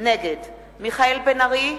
נגד מיכאל בן-ארי,